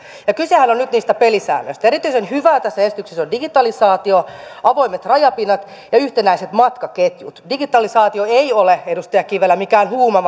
kysehän on nyt niistä pelisäännöistä erityisen hyvää tässä esityksessä on digitalisaatio avoimet rajapinnat ja yhtenäiset matkaketjut digitalisaatio ei ole edustaja kivelä mikään huuma